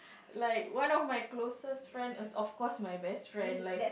like one of my closest friend is of course my best friend like